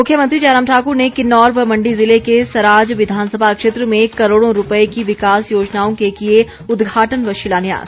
मुख्यमंत्री जयराम ठाकुर ने किन्नौर व मंडी ज़िले के सराज विधानसभा क्षेत्र में करोड़ों रुपये की विकास योजनाओं के किए उदघाटन व शिलान्यास